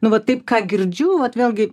nu va taip ką girdžiu vat vėlgi